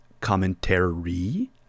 commentary